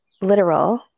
literal